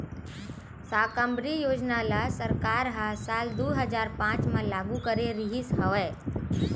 साकम्बरी योजना ल सरकार ह साल दू हजार पाँच म लागू करे रिहिस हवय